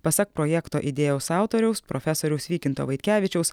pasak projekto idėjaus autoriaus profesoriaus vykinto vaitkevičiaus